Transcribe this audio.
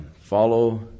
follow